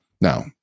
Now